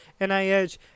NIH